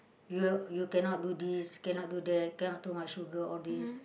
you you cannot do this cannot do that cannot too much sugar all this